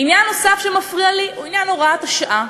עניין נוסף שמפריע לי הוא עניין הוראת השעה.